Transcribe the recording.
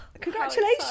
congratulations